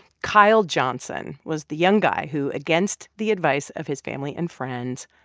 kyle johnson was the young guy who, against the advice of his family and friends,